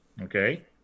okay